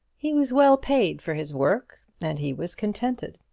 he was well paid for his work, and he was contented.